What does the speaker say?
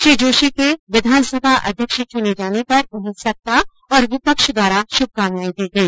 श्री जोशी के विधानसभा अध्यक्ष चुने जाने पर उन्हें सत्ता और विपक्ष द्वारा श्भकामनाएं दी गई